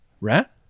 Rat